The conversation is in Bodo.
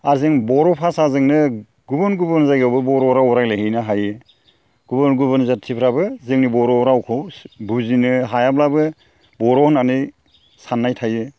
आरो जों बर' भाषाजोंनो गुबुन गुबुन जायगायावबो बर' राव रायज्लायहैनो हायो गुबुन गुबुन जाथिफ्राबो जोंनि बर' रावखौ बुजिनो हायाब्लाबो बर' होननानै साननाय थायो